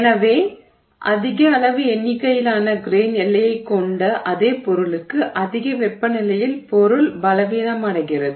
எனவே அதிக அளவு எண்ணிக்கையிலான கிரெய்ன் எல்லைகளைக் கொண்ட அதே பொருளுக்கு அதிக வெப்பநிலையில் பொருள் பலவீனமடைகிறது